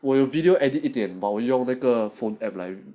我有 video edit 一点 but 我用那个 phone application